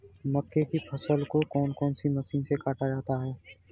मक्के की फसल को कौन सी मशीन से काटा जाता है?